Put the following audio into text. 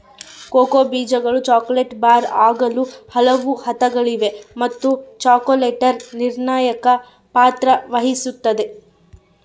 cocoa ಬೀಜಗಳು chocolate bar ಆಗಲು ಹಲವು ಹಂತಗಳಿವೆ ಮತ್ತು ಚಾಕೊಲೇಟರ್ ನಿರ್ಣಾಯಕ ಪಾತ್ರ ವಹಿಸುತ್ತದ